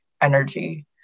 energy